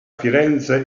firenze